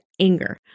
anger